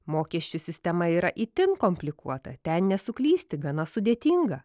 mokesčių sistema yra itin komplikuota ten nesuklysti gana sudėtinga